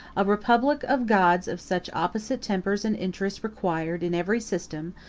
a republic of gods of such opposite tempers and interests required, in every system,